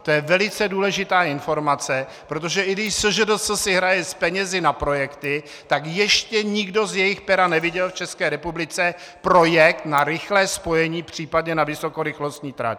To je velice důležitá informace, protože i když SŽDC si hraje penězi na projekty, tak ještě nikdo z jejich pera neviděl v České republice projekt na rychlé spojení, případně na vysokorychlostní trať!